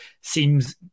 seems